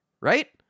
right